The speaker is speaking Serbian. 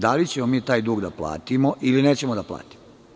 Da li ćemo mi taj dug da platimo ili nećemo da platimo?